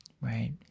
right